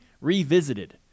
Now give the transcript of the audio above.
revisited